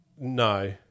No